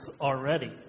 already